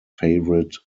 favourite